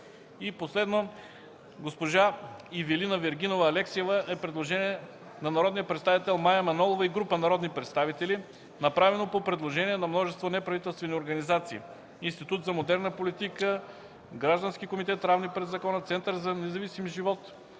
И последно, госпожа Ивилина Вергинова Алексиева е предложение на народния представител Мая Манолова и група народни представители, направено по предложение на множество неправителствени организации – Институт за модерна политика; Граждански комитет „Равни пред закона”; Център за независим живот;